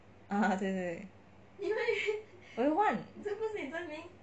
ah 对对对我有换